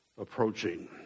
approaching